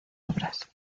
obras